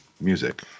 music